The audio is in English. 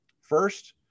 First